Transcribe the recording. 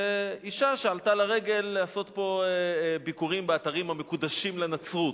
אשה שעלתה לרגל לעשות פה ביקורים באתרים המקודשים לנצרות.